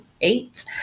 Eight